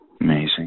amazing